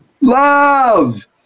Love